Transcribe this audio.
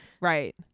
right